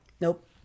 Nope